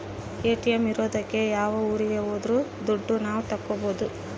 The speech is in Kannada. ಎ.ಟಿ.ಎಂ ಇರೋದಕ್ಕೆ ಯಾವ ಊರಿಗೆ ಹೋದ್ರು ದುಡ್ಡು ನಾವ್ ತಕ್ಕೊಬೋದು